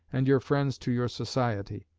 and your friends to your society.